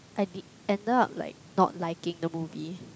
I did ended up like not liking the movie